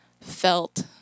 felt